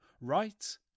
right